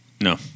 No